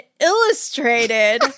illustrated